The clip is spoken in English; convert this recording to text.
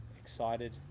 excited